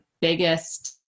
biggest